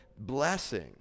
blessing